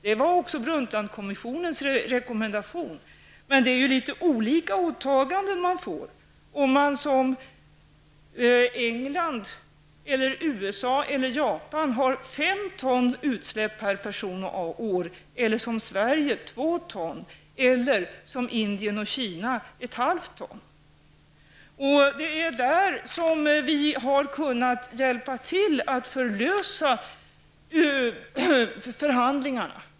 Det var också Brundtlandskommissionens rekommendation. Men man får olika åtaganden. England, USA och Japan som har 5 ton utsläpp per person och år får andra åtaganden än Sverige som har 2 ton och Indien eller Kina som har 0,5 ton. Det är där vi har kunnat hjälpa till att förlösa förhandlingarna.